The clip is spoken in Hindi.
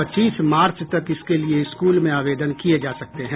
पच्चीस मार्च तक इसके लिए स्कूल में आवेदन किये जा सकते हैं